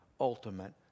ultimate